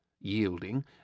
yielding